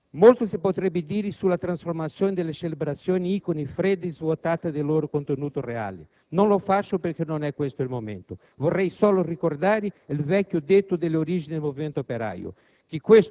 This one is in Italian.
Molto si potrebbe dire sulla trasformazione delle celebrazioni in icone fredde e svuotate del loro contenuto reale. Non lo faccio perché non è questo il momento. Vorrei solo ricordare il vecchio detto dalle origini del movimento operaio: